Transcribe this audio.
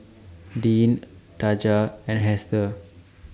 Dean Taja and Hester